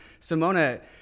Simona